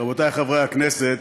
רבותיי חברי הכנסת,